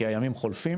כי הימים חולפים